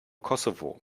kosovo